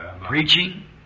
Preaching